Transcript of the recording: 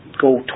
Go